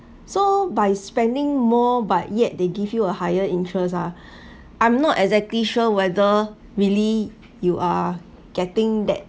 so by spending more but yet they give you a higher interest ah I'm not exactly sure whether really you are getting that